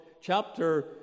chapter